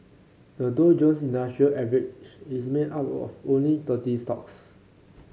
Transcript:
the Dow Jones Industrial Average is made up of only thirty stocks